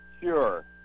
sure